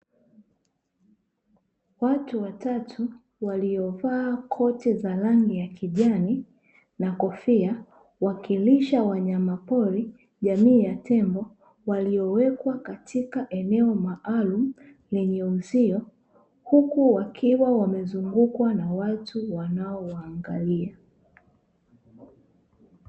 Watu watatu waliovaa koti za rangi ya kijani na kofia, wakilisha wanyamapori jamii ya tembo waliowekwa katika eneo maalumu lenye uzio, huku wakiwa wamezungukwa na watu wanaowaangalia.